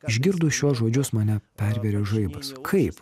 išgirdus šiuos žodžius mane pervėrė žaibas kaip